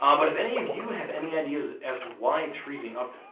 um but if any of you have any ideas as to why it's freezing up.